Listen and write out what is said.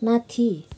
माथि